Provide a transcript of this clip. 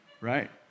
right